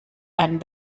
einen